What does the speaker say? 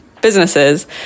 businesses